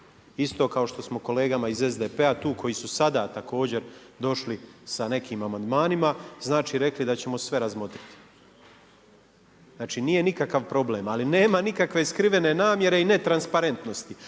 isto kao što smo kolegama iz SDP-a tu koji su sada također došli as nekim amandmanima rekli da ćemo sve razmotriti. Znači nije nikakav problem, ali nema nikakve skrive namjere i ne transparentnosti.